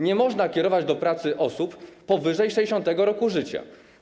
Nie można kierować do pracy osób powyżej 60. roku życia.